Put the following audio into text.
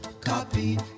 copy